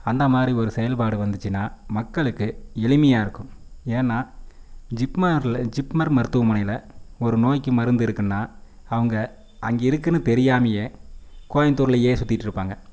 அந்த மாதிரி ஒரு செயல்பாடு வந்துச்சுனால் மக்களுக்கு எளிமையாக இருக்கும் ஏன்னா ஜிப்மாரில் ஜிப்மர் மருத்துவமனையில் ஒரு நோய்க்கு மருந்து இருக்குதுன்னா அவங்க அங்கே இருக்குதுன்னு தெரியாமயே கோயம்புத்தூர்லியே சுற்றிட்டு இருப்பாங்க